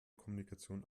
kommunikation